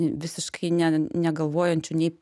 visiškai ne negalvojančių nei